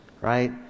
right